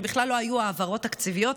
שבכלל לא היו העברות תקציביות,